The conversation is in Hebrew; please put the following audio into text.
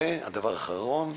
והדבר האחרון,